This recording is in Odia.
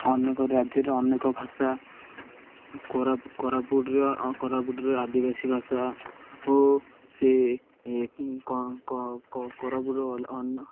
ଅନେକ ରାଜ୍ୟରେ ଅନେକ ଭାଷା କୋରାପୁଟରେ କୋରାପୁଟରେ ଆଦିବାସୀ ଭାଷା ଓ ସେ କୋରାପୁଟ